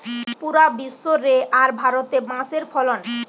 পুরা বিশ্ব রে আর ভারতে বাঁশের ফলন